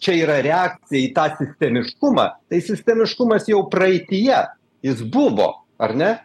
čia yra reakcija į tą sistemiškumą tai sistemiškumas jau praeityje jis buvo ar ne